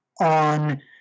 on